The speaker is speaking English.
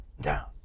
down